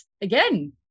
again